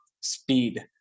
speed